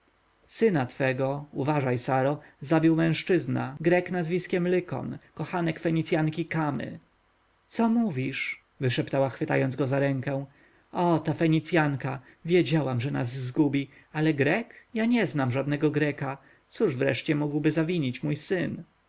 syna twego uważaj saro zabił mężczyzna grek nazwiskiem lykon kochanek fenicjanki kamy co mówisz wyszeptała chwytając go za ręce o ta fenicjanka wiedziałam że nas zgubi ale grek ja nie znam żadnego greka cóż wreszcie mógłby zawinić grekom mój syn